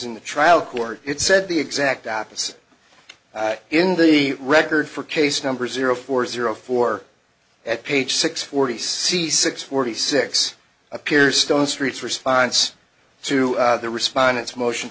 in the trial court it said the exact opposite in the record for case number zero four zero four at page six forty c six forty six appears stonestreet response to the respondents motion